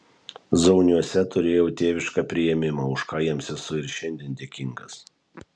zauniuose turėjau tėvišką priėmimą už ką jiems esu ir šiandien dėkingas